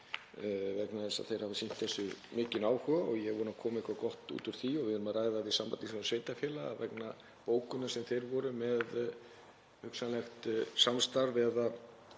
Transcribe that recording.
vegna þess að þeir hafa sýnt þessu mikinn áhuga og ég vona að það komi eitthvað gott út úr því og við erum að ræða við Samband íslenska sveitarfélaga vegna bókunar sem þeir voru með um hugsanlegt samstarf,